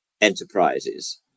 enterprises